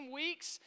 weeks